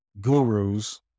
gurus